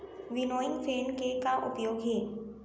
Winnowing fan के का उपयोग हे?